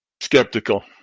skeptical